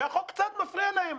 והחוק קצת מפריע להם,